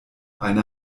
eine